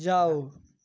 जाओ